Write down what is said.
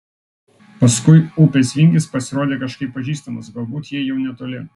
paskui upės vingis pasirodė kažkaip pažįstamas galbūt jie jau netoli